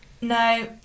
no